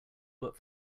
but